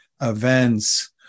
events